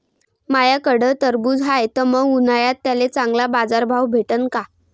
माह्याकडं टरबूज हाये त मंग उन्हाळ्यात त्याले चांगला बाजार भाव भेटन का?